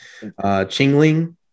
Chingling